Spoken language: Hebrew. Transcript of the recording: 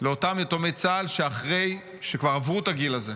גם לאותם יתומי צה"ל שכבר עברו את הגיל הזה.